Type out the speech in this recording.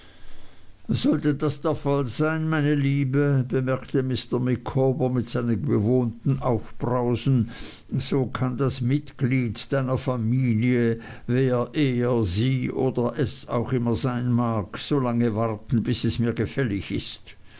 sollte das der fall sein meine liebe bemerkte mr micawber mit seinem gewohnten aufbrausen so kann das mitglied deiner familie wer er sie oder es auch immer sein mag so lange warten bis es mir gefällig ist